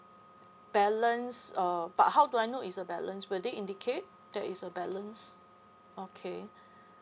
balance uh but how do I know is a balance will they indicate that is a balance okay